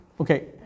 Okay